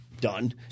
done